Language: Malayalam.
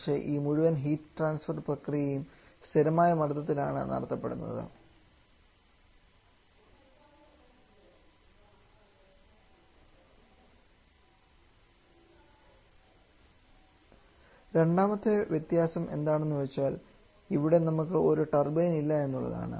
പക്ഷേ ഈ മുഴുവൻ ഹീറ്റ് ട്രാൻസ്ഫർ പ്രക്രിയയും സ്ഥിരമായ മർദ്ദത്തിൽ ആണ് നടത്തപ്പെടുന്നത് രണ്ടാമത്തെ വ്യത്യാസം എന്താണെന്ന് വെച്ചാൽ ഇവിടെ നമുക്ക് ഒരു ടർബൈൻ ഇല്ല എന്നുള്ളതാണ്